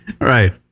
Right